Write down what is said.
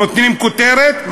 נותנים כותרת,